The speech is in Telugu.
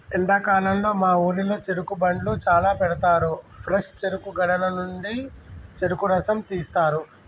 ఎండాకాలంలో మా ఊరిలో చెరుకు బండ్లు చాల పెడతారు ఫ్రెష్ చెరుకు గడల నుండి చెరుకు రసం తీస్తారు